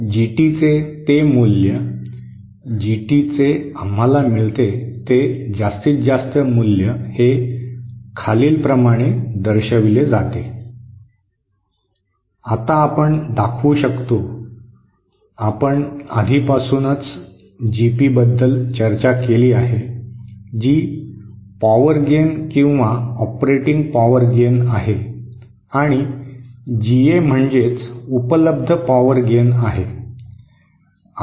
आणि जीटीचे ते मूल्य जीटीचे आम्हाला मिळते ते जास्तीत जास्त मूल्य हे खालीलप्रमाणे दर्शविले जाते आता आपण दाखवू शकतो आपण आधीपासूनच जीपी बद्दल चर्चा केली आहे जी पॉवर गेन किंवा ऑपरेटिंग पॉवर गेन आहे आणि जीए म्हणजे उपलब्ध पॉवर गेन आहे